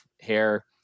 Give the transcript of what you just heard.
hair